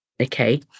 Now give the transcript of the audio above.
Okay